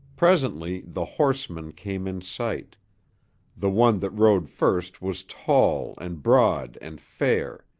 presently the horsemen came in sight the one that rode first was tall and broad and fair,